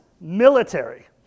military